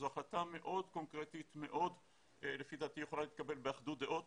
זו החלטה מאוד קונקרטית שלפי דעתי יכולה להתקבל באחדות דעות